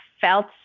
felt